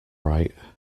right